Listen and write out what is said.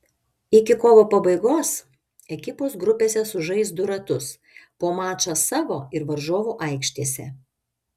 iki kovo pabaigos ekipos grupėse sužais du ratus po mačą savo ir varžovų aikštėse